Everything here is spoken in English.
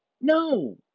No